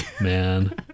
man